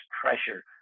pressure